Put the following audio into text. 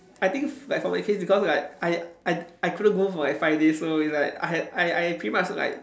I think f~ like for my case because like I I I couldn't go for like five days so it's like I had I I pretty much like